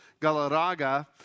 Galarraga